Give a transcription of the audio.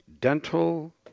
dental